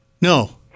No